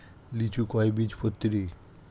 লিচু কয় বীজপত্রী?